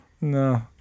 no